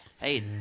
Hey